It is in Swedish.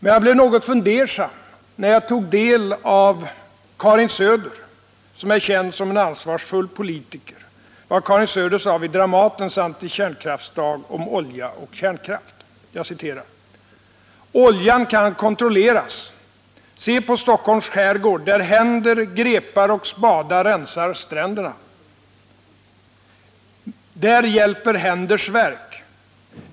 Men jag blev något fundersam när jag tog del av vad Karin Söder, som är känd som en ansvarsfull politiker, sade vid Dramatens antikärnkraftsdag om olja och kärnkraft: ”Oljan kan kontrolleras. Se på Stockholms skärgård där händer, grepar och spadar rensar stränderna. Där hjälper händers verk.